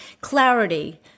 clarity